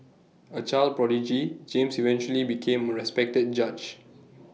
A child prodigy James eventually became A respected judge